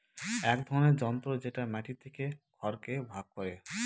এক ধরনের যন্ত্র যেটা মাটি থেকে খড়কে ভাগ করে